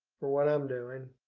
for what i'm doing.